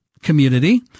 community